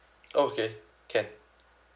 okay can